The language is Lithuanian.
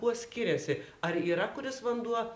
kuo skiriasi ar yra kuris vanduo